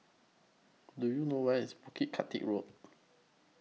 Do YOU know Where IS Bukit catty Road